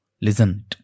listen